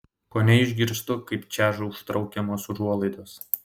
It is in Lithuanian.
kone išgirstu kaip čeža užtraukiamos užuolaidos